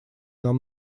нам